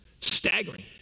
Staggering